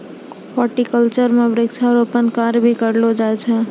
horticulture म वृक्षारोपण कार्य भी करलो जाय छै